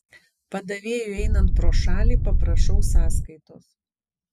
padavėjui einant pro šalį paprašau sąskaitos